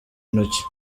intoki